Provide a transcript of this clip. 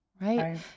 right